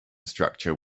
structure